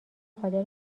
قادر